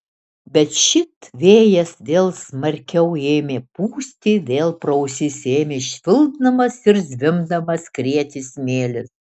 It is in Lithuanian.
bet šit vėjas vėl smarkiau ėmė pūsti vėl pro ausis ėmė švilpdamas ir zvimbdamas skrieti smėlis